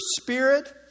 spirit